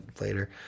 later